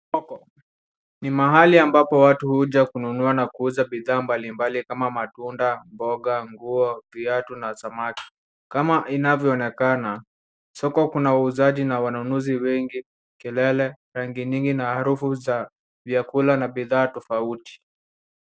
Soko ni mahali amapo watu huja kununua na kuuza bidhaa mbalimbali kama matunda, nguo, viazi na samaki. Kama inavyoonekana, soko kuna wauzaji na wanunuzi wengi, kelele, rangi nyingi na harufu za vyakula na bidhaa tofauti.